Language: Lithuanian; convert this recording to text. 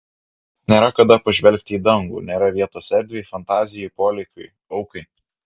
nėra kada pažvelgti į dangų nėra vietos erdvei fantazijai polėkiui aukai